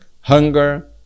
Hunger